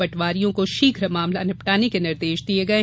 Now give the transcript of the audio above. पटवारियों को शीघ्र मामला निपटाने के निर्देश दिये गये